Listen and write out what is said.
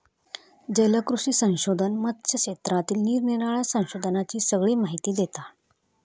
जलकृषी संशोधन मत्स्य क्षेत्रातील निरानिराळ्या संशोधनांची सगळी माहिती देता